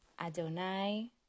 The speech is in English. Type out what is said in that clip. Adonai